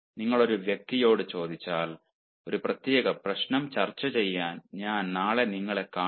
നിങ്ങൾ ഒരു വ്യക്തിയോട് ചോദിച്ചാൽ ഒരു പ്രത്യേക പ്രശ്നം ചർച്ച ചെയ്യാൻ ഞാൻ നാളെ നിങ്ങളെ കാണും